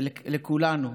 ולכולנו,